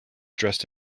dressed